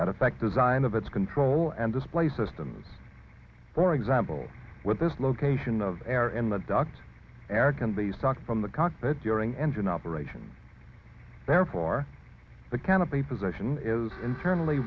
that affect design of its control and display systems for example with this location of air in the dr eric and the stock from the cockpit during engine operation therefore the canopy position is internally